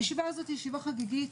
הישיבה הזו ישיבה חגיגית,